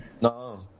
No